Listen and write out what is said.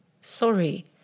sorry